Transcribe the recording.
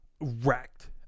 wrecked